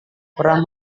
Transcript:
pernah